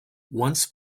once